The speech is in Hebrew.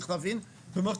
חברת